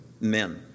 men